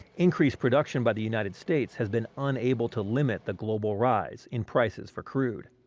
increased production by the united states has been unable to limit the global rise in prices for crude.